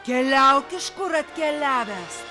keliauk iš kur atkeliavęs